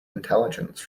intelligence